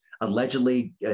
allegedly